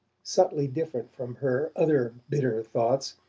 subtly different from her other bitter thoughts,